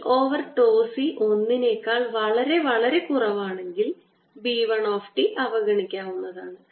L over τ C ഒന്നിനേക്കാൾ വളരെ വളരെ കുറവാണെങ്കിൽ B 1 t അവഗണിക്കാവുന്നതാണ്